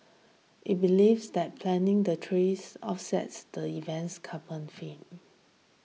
it believes that planting the trees offset the event's carbon film